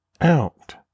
out